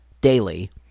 daily